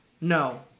No